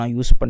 use